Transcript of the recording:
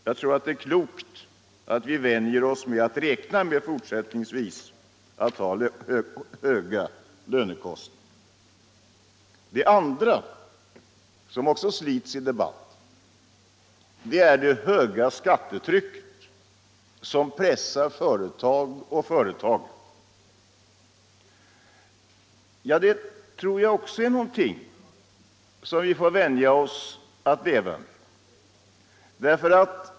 Det är nog klokt att vi vänjer oss vid att lönekostnaderna kommer att vara höga även i framtiden. Det andra, något som också slits i debatten, är det höga skattetrycket, som pressar företagarna. Det tror jag också är någonting som vi får vänja oss att leva med.